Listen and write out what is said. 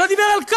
הוא לא דיבר על,